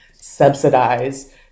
subsidize